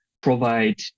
provide